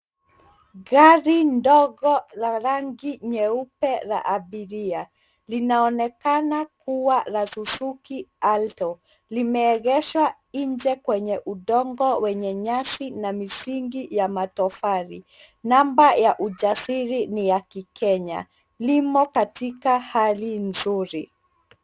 Gari ndogo la rangi nyeupe la abiria linaonekana kuwa la Suzuki Alto, limeegeshwa nje kwenye udongo wenye nyasi na misingi ya matofali. Namba ya usajili ni ya Kikenya. Limo katika hali nzuri.